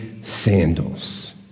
sandals